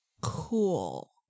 Cool